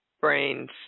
brains